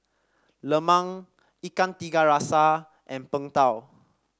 lemang Ikan Tiga Rasa and Png Tao